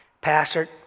pastor